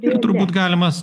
ir turbūt galimas